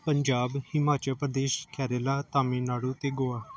ਪੰਜਾਬ ਹਿਮਾਚਲ ਪ੍ਰਦੇਸ਼ ਕੇਰਲਾ ਤਾਮਿਲਨਾਡੂ ਅਤੇ ਗੋਆ